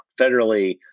federally